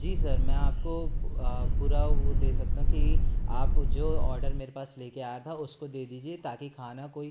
जी sir मैं आपको पूरा वो दे सकता हूँ कि आप जो ऑर्डर मेरे पास लेके आया था उसको दे दीजिए ताकि खाना कोई